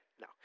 No